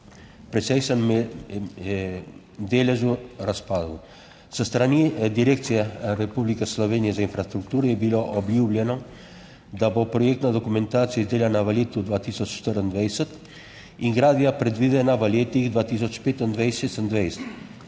precejšnjem deležu razpadel. S strani Direkcije Republike Slovenije za infrastrukturo je bilo obljubljeno, da bo projektna dokumentacija izdelana v letu 2024 in gradnja predvidena v letih 2025-20256,